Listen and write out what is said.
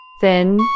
thin